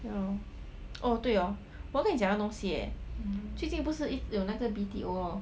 orh 对 hor 我跟你讲一样东西 eh 最近不是有那个 B_T_O lor